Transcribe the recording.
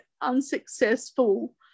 unsuccessful